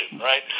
right